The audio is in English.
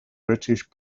british